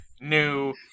new